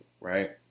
right